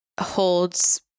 holds